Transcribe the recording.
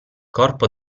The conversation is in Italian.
corpo